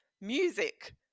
music